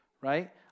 Right